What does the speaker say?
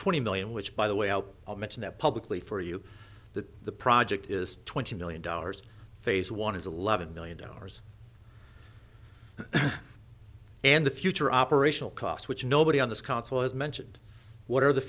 twenty million which by the way out i'll mention that publicly for you that the project is twenty million dollars phase one is eleven million dollars and the future operational costs which nobody on this council has mentioned what are the